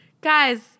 guys